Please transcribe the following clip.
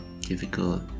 difficult